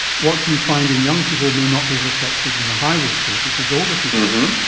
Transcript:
what you find in young people may not be reflected in the high-risk group, which is older people,